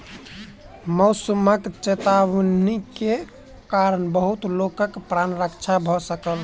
मौसमक चेतावनी के कारण बहुत लोकक प्राण रक्षा भ सकल